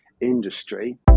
industry